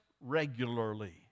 regularly